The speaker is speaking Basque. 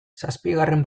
zazpigarren